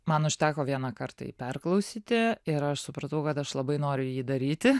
man užteko vieną kartą jį perklausyti ir aš supratau kad aš labai noriu jį daryti